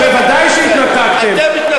ודאי שהתנתקתם, אתם התנתקתם.